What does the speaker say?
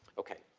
okay,